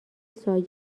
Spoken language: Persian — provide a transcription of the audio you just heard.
سایه